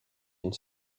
une